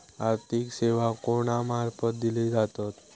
आर्थिक सेवा कोणा मार्फत दिले जातत?